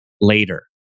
later